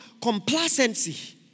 complacency